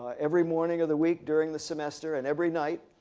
every morning of the week during the semester and every night.